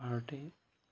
ভাৰতে